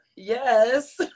yes